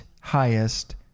highest